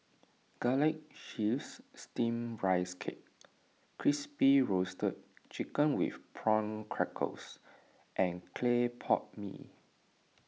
Garlic Chives Steamed Rice Cake Crispy Roasted Chicken with Prawn Crackers and Clay Pot Mee